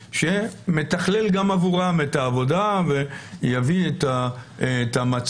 שמתכלל גם עבורם את העבודה ויביא את המצגת,